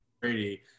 Brady